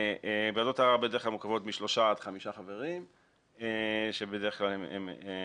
ועדות הערר בדרך כלל מורכבות משלושה עד חמישה חברים שבדרך כלל מתמנים.